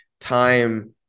Time